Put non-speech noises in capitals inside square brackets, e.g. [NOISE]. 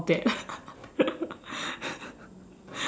that [LAUGHS]